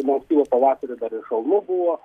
nuo ankstyvo pavasario dar ir šalnų buvo